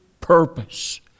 purpose